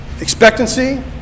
expectancy